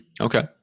Okay